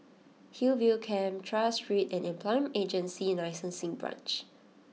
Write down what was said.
Hillview Camp Tras Street and Employment Agency Licensing Branch